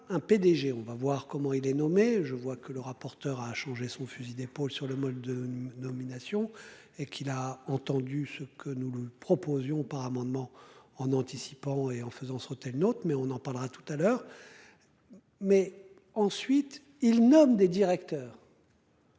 un PDG. On va voir comment il est nommé je vois que le rapporteur a changé son fusil d'épaule sur le mode de nomination et qu'il a entendu ce que nous le proposions par amendement en anticipant et en faisant sauter une autre mais on en parlera tout à l'heure. Mais. Ensuite, il nomme des directeurs.